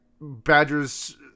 badger's